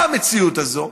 מה המציאות הזאת?